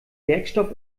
werkstoff